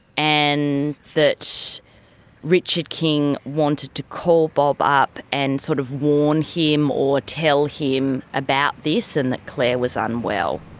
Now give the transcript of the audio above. and that richard king wanted to call bob up and sort of warn him or tell him about this, and that claire was unwell.